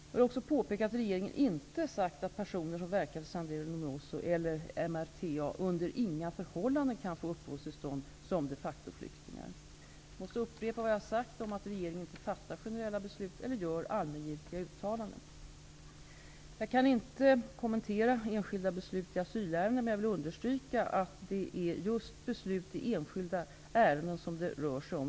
Jag vill också påpeka att regeringen inte sagt att personer som verkat för Sendero Luminoso eller MRTA under inga förhållanden kan få uppehållstillstånd som de facto-flyktingar. Jag måste upprepa vad jag sagt om att regeringen inte fattar generella beslut eller gör allmängiltiga uttalanden. Jag kan inte kommentera enskilda beslut i asylärenden, men jag vill understryka att det är just beslut i enskilda ärenden som det rör sig om.